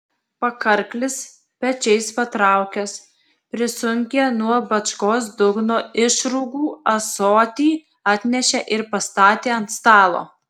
pakarklis pečiais patraukęs prisunkė nuo bačkos dugno išrūgų ąsotį atnešė ir pastatė ant stalo